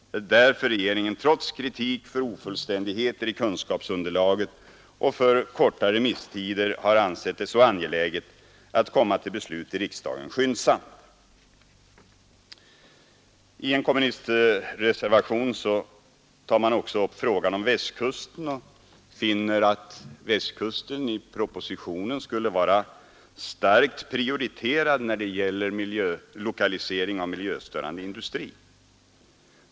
Det är därför regeringen trots kritik för ofullständigheter i kunskapsunderlaget och för korta remisstider har ansett det så angeläget att komma till beslut i riksdagen skyndsamt. I en kommunistisk reservation tar man o å upp frågan om Västkusten och finner, att denna i propositionen skulle vara starkt prioriterad när det gäller lokalisering av miljöstörande industri.